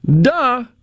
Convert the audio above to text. Duh